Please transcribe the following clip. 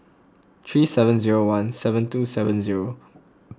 three seven zero one seven two seven zero